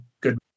good